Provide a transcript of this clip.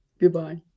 Goodbye